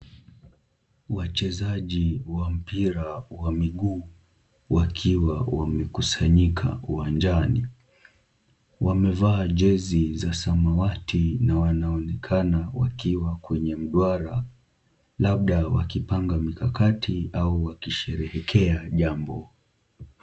Wachezaji wa mpira wa miguu wakiwa wamekusanyika uwanjani wamevaa jezi za samawati na wanaonekana wakiwa kwenye mduara labda wakipanga mikakati au wakisheherekea jambo.